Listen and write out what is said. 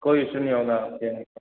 कोई इशू नहीं होगा